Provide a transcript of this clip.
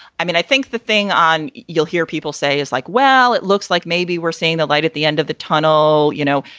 i mean, i think the thing on. you'll hear people say it's like, well, it looks like maybe we're seeing the light at the end of the tunnel. you know,